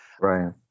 right